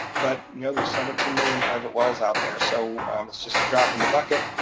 but you know there's seventeen million private wells out there. so it's just a drop in the bucket.